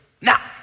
Now